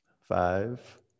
Five